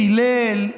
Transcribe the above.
קילל,